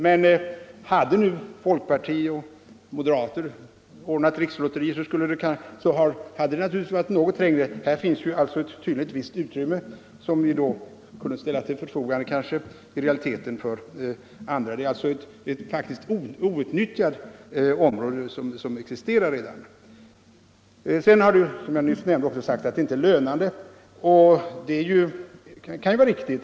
Men hade nu folkpartiet och moderaterna ordnat rikslotteri hade det naturligtvis varit något trängre. Här finns tydligen ett visst utrymme som i realiteten kanske kunde ställas till förfogande för andra. Det existerar alltså redan ett outnyttjat utrymme. Vidare har det, som jag nyss nämnde, sagts att rikslotterier inte är särskilt lönande för partierna. Det kan vara riktigt.